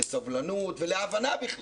לסובלנות ולהבנה בכלל?